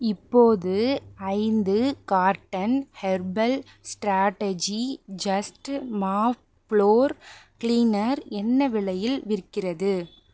இப்போது ஐந்து carton herbal strategy just mop floor cleaner என்ன விலையில் விற்கிறது